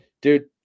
dude